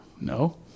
no